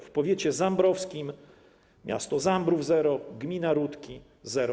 W powiecie zambrowskim: miasto Zambrów - zero, gmina Rutki - zero.